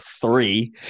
three